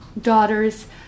daughters